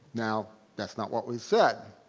now that's not what we said.